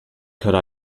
could